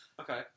Okay